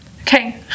Okay